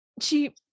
she-